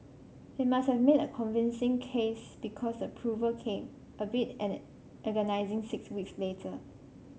he must have made a convincing case because the approval came albeit an agonising six weeks later